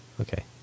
okay